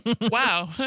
wow